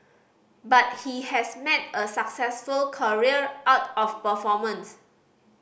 but he has a successful career out of performance